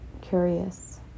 curious